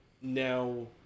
now